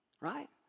right